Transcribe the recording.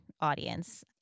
audience